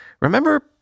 Remember